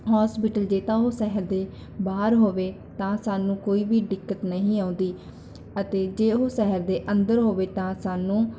hospital ਜੇ ਤਾਂ ਉਹ ਸ਼ਹਿਰ ਦੇ ਬਾਹਰ ਹੋਵੇ ਤਾਂ ਸਾਨੂੰ ਕੋਈ ਵੀ ਦਿੱਕਤ ਨਹੀਂ ਆਉਂਦੀ ਅਤੇ ਜੇ ਉਹ ਸ਼ਹਿਰ ਦੇ ਅੰਦਰ ਹੋਵੇ ਤਾਂ ਸਾਨੂੰ